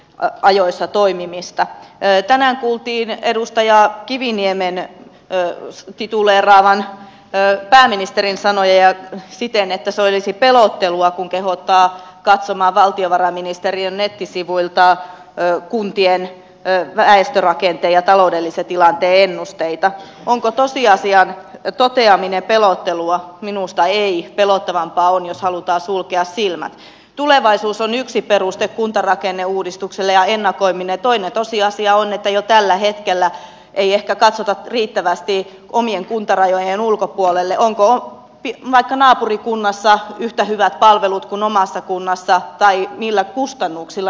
gp ajoissa toimimista ei tänään kuultiin edustaja kiviniemen tituleeraavan pääministerin sanoja siten että se olisi pelottelua kun kehottaa katsomaan valtiovarainministeriön nettisivuilta jää kuntien väestörakenteen ja taloudellisen tilanteen ennusteita onko tosiasian toteaminen pelottelua minusta ei pelota vaan taloon jos halutaan sulkea silmät tulevaisuus on yksi peruste kuntarakenneuudistukselle ja ennakoiminen toinen tosiasia on että jo tällä hetkellä ei ehkä katsota riittävästi omien kuntarajojen ulkopuolelle onko vieläkö naapurikunnassa yhtä hyvät palvelut kun omasta kunnasta tai millä kustannuksilla